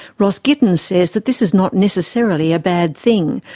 ross gittins says that this is not necessarily a bad thing,